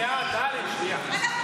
שנייה, טלי, שנייה.